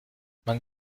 man